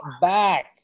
back